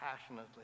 passionately